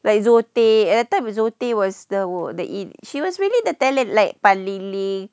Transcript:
like zoe tay and that time zoe tay was the were the in she was really the talent like pan ling ling